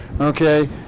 okay